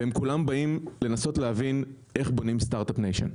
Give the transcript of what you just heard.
כולם באים כדי לנסות להבין איך בונים Start-Up Nation.